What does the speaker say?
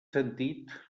sentit